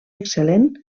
excel·lent